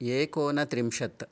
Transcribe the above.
एकोन त्रिंशत्